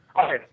Okay